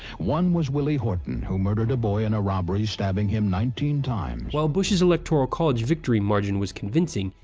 one was willie horton, who murdered a boy in a robbery, stabbing him nineteen times. while bush's electoral college victory margin was convincing,